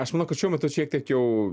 aš manau kad šiuo metu šiek tiek jau